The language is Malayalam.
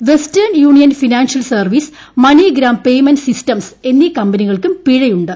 western union financial service MoneyGram payment systems എന്നീ കമ്പനികൾക്കും പിഴയുണ്ട്